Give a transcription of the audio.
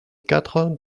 quatre